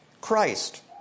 Christ